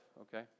okay